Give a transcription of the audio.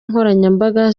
nkoranyambaga